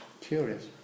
Curious